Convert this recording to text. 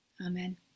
Amen